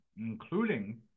including